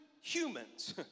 humans